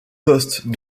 poste